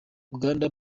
uganda